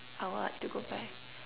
I would like to go back